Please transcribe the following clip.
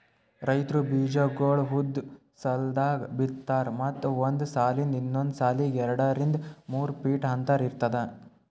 ರೈತ್ರು ಬೀಜಾಗೋಳ್ ಉದ್ದ್ ಸಾಲ್ದಾಗ್ ಬಿತ್ತಾರ್ ಮತ್ತ್ ಒಂದ್ ಸಾಲಿಂದ್ ಇನ್ನೊಂದ್ ಸಾಲಿಗ್ ಎರಡರಿಂದ್ ಮೂರ್ ಫೀಟ್ ಅಂತರ್ ಇರ್ತದ